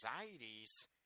anxieties